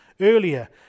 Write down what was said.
earlier